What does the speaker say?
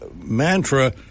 mantra